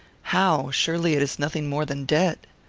how? surely it is nothing more than debt.